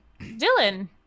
Dylan